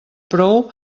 prou